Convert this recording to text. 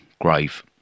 grave